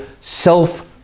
self